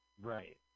Right